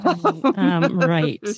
Right